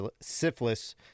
syphilis